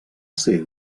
ser